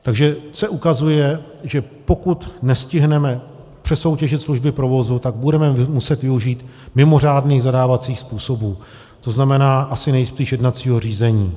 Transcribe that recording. Takže se ukazuje, že pokud nestihneme přesoutěžit služby provozu, budeme muset využít mimořádných zadávacích způsobů, to znamená asi nejspíš jednacího řízení.